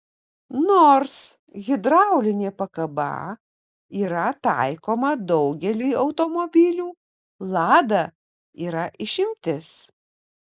nors hidraulinė pakaba yra taikoma daugeliui automobilių lada yra išimtis